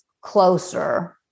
closer